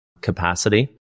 capacity